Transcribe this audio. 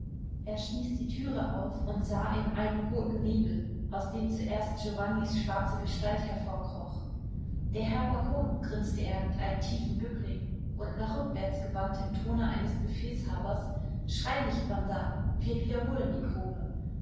er stieß die türe auf und sah in einen roten nebel aus dem zuerst giovannis schwarze gestalt hervorkroch der herr baron grinste er mit einem tiefen bückling und nach rückwärts gewandt im tone eines befehlshabers schrei nicht wanda wir wiederholen die probe